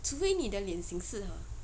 除非你的脸型适合